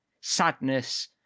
sadness